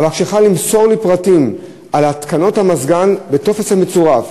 אבקשך למסור לי פרטים על התקנות המזגן בטופס המצורף.